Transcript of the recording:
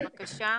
אז בבקשה.